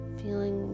feeling